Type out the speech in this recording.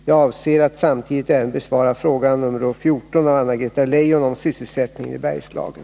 Jag avser att samtidigt även besvara frågan nr 14 av Anna-Greta Leijon om sysselsättningen i Bergslagen.